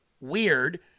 weird